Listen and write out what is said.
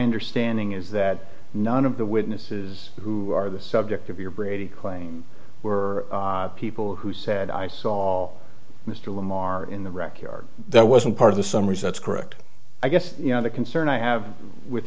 understanding is that none of the witnesses who are the subject of your brady claim were people who said i saw mr lamar in the rec yard that wasn't part of the some results correct i guess the concern i have with